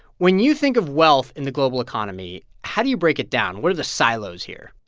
when you think of wealth in the global economy, how do you break it down? where are the silos here?